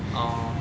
oh